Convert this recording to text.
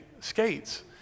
skates